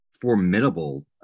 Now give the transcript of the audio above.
formidable